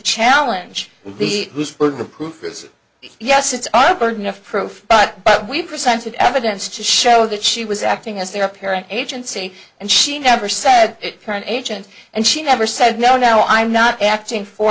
challenge the proof is yes it's our burden of proof but but we presented evidence to show that she was acting as their parent agency and she never said it current agent and she never said no no i'm not acting for